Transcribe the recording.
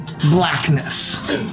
blackness